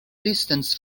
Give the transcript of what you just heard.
distance